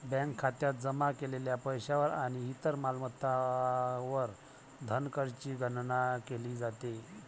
bank खात्यात जमा केलेल्या पैशावर आणि इतर मालमत्तांवर धनकरची गणना केली जाते